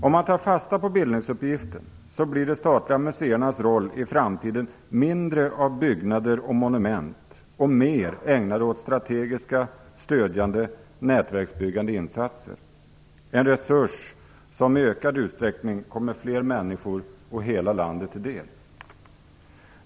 Om man tar fasta på bildningsuppgiften så blir de statliga museernas roll i framtiden mindre av byggnader och monument och mer ägnad åt strategiska, stödjande och nätverksbyggande insatser. Det är en resurs som i ökad utsträckning kommer fler människor och hela landet till del.